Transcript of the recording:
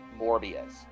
Morbius